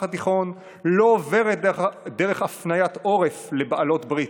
התיכון לא עוברת דרך הפניית עורף לבעלות ברית,